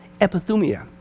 epithumia